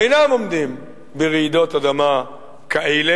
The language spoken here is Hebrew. אינם עומדים ברעידות אדמה כאלה.